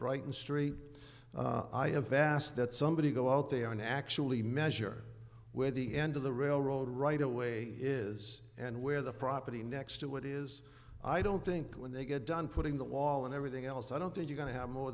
brighton story i have vast that somebody go out there and actually measure where the end of the railroad right away is and where the property next to it is i don't think when they get done putting the wall and everything else i don't think you going to have more